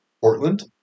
Portland